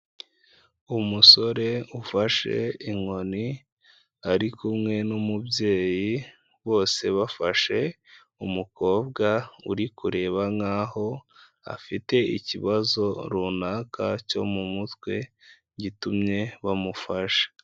Umusore ufashe inkoni, ari kumwe n'umubyeyi, bose bafashe umukobwa uri kureba nkaho afite ikibazo runaka cyo mu mutwe gitumye bamufasha.